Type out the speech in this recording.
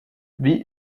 wie